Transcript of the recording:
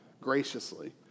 graciously